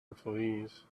employees